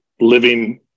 living